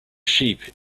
sheep